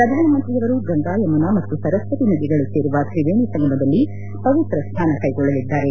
ಪ್ರಧಾನಮಂತ್ರಿಯವರು ಗಂಗಾ ಯಮುನಾ ಮತ್ತು ಸರಸ್ನತಿ ನದಿಗಳು ಸೇರುವ ತ್ರಿವೇಣಿ ಸಂಗಮದಲ್ಲಿ ಪವಿತ್ರಸ್ತಾನ ಕೈಗೊಳ್ಳಲಿದ್ದಾರೆ